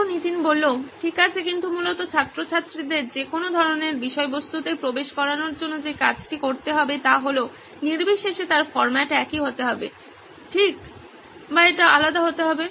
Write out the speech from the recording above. ছাত্র নীতিন ঠিক আছে কিন্তু মূলত ছাত্রছাত্রীদের যে কোনো ধরনের বিষয়বস্তুতে প্রবেশ করানোর জন্য যে কাজটি করতে হবে তা হলো নির্বিশেষে তার ফরম্যাট একই হতে হবে ঠিক বা এটি আলাদা হতে হবে